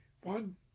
One